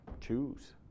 choose